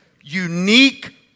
unique